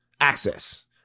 access